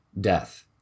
death